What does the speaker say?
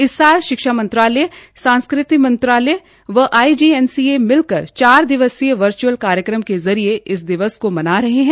इस साल शिक्षा मंत्रालय सांस्कृति मंत्रालय व आईजीएनसीए मिलकर चार दिवसीय वचुर्अ्रल कार्यक्रम के जरिये इस दिवस को मना रहे है